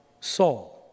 Saul